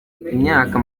imyaka